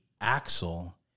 axle